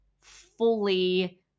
fully